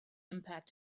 impact